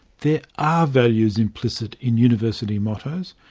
there are values implicit in university mottos,